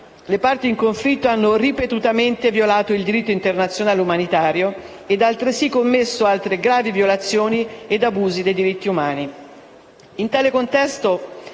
le parti in conflitto hanno ripetutamente violato il diritto internazionale umanitario ed hanno commesso altre gravi violazioni ed abusi dei diritti umani.